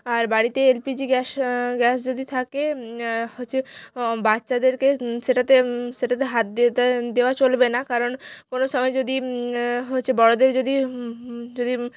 আর বাড়িতে LPG gas gas যদি থাকে হচ্ছে বাচ্চাদেরকে সেটাতে সেটাতে হাত দিতে দেওয়া চলবে না কারণ ওরা সবাই যদি হচ্ছে বড়দের যদি যদি